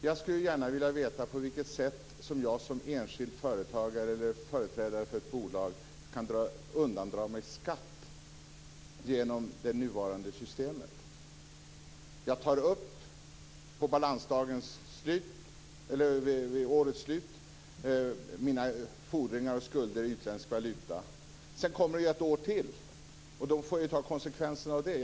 Herr talman! Lars Granberg! Jag skulle gärna vilja veta på vilket sätt som jag som enskild företagare eller företrädare för ett bolag kan undandra mig skatt genom det nuvarande systemet. Jag tar vid årets slut upp mina fordringar och skulder i utländsk valuta. Sedan kommer det ju ett år till! Då får jag ju ta konsekvenserna av det.